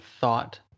thought